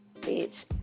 bitch